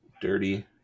dirty